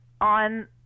on